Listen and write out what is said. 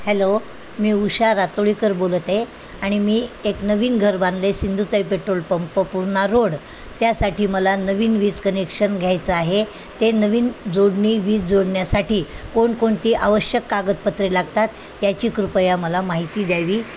hello मी उषा रातोळीकर बोलत आहे आणि मी एक नवीन घर बांधले Sindhutai petrol pump Purna road त्यासाठी मला नवीन वीज कनेक्शन घ्यायचं आहे ते नवीन जोडणी वीज जोडण्यासाठी कोणकोणती आवश्यक कागदपत्रे लागतात याची कृपया मला माहिती द्यावी